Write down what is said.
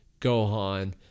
Gohan